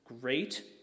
great